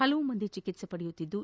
ಹಲವು ಮಂದಿ ಚಿಕಿತ್ತೆ ಪಡೆಯುತ್ತಿದ್ಲು